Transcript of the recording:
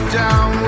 down